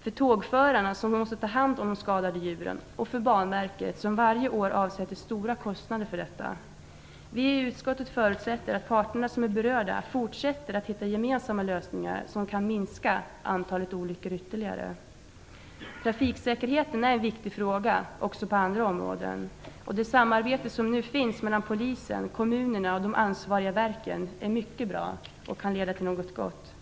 för tågförarna som måste ta hand om de skadade djuren och för Banverket som varje år ådras stora kostnader för detta. Vi i utskottet förutsätter att de berörda parterna fortsätter att försöka finna gemensamma lösningar som minskar antalet olyckor ytterligare. Trafiksäkerheten utgör en viktig fråga, även på andra områden. Det samarbete som nu finns mellan Polisen, kommunerna och de ansvariga verken är mycket bra och kan leda till något gott.